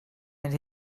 mynd